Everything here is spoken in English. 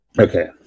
okay